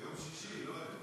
ביום שישי, לא היום.